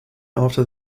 after